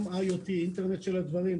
גם אינטרנט של הדברים,